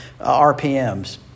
RPMs